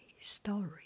story